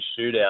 shootout